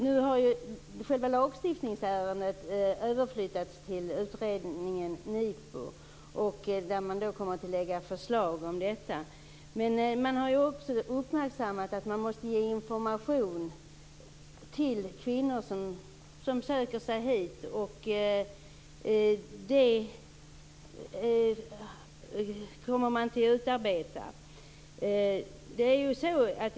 Nu har ju själva lagstiftningsärendet flyttats över till utredningen NIPU. Där kommer man att lägga fram förslag om detta. Det har också uppmärksammats att det är nödvändigt att ge information till kvinnor som söker sig hit. Sådan information kommer att utarbetas.